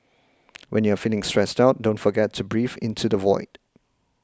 when you are feeling stressed out don't forget to breathe into the void